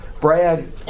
Brad